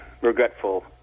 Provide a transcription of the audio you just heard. regretful